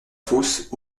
fosse